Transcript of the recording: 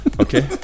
Okay